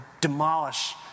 demolish